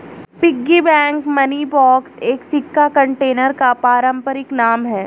piggy bank money box एक सिक्का container का पारंपरिक नाम है